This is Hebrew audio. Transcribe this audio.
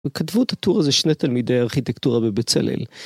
וכתבו את הטור הזה שני תלמידי ארכיטקטורה בבצלאל.